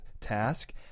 Task